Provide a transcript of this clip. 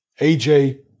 AJ